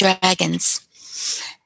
dragons